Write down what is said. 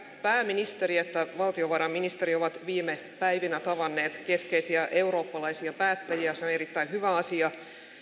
pääministeri että valtiovarainministeri ovat viime päivinä tavanneet keskeisiä eurooppalaisia päättäjiä se on erittäin hyvä asia